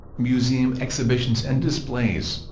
museum exhibitions and displays